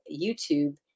YouTube